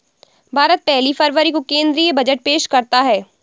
भारत पहली फरवरी को केंद्रीय बजट पेश करता है